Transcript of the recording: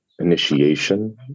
initiation